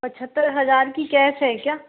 पछत्तर हज़ार की कैश है क्या